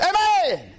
Amen